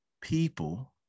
people